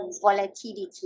volatility